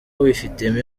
wifitemo